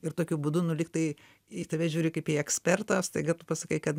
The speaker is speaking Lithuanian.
ir tokiu būdu nu lygtai į tave žiūri kaip į ekspertą o staiga tu pasakai kad